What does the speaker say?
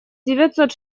девятьсот